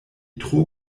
tro